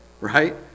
right